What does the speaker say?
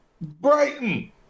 Brighton